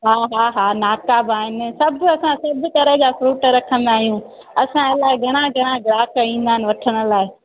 हा हा हा नाका बि आहिनि सभु असां सभु तरह जा फ्रूट रखंदा आहियूं असां अलाए घणा घणा ग्राहक ईंदा आहिनि वठण लाइ